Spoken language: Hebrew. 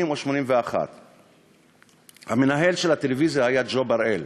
זה היה בשנת 1980 או 1981. המנהל של הטלוויזיה היה ג'ו בראל,